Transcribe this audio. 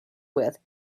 with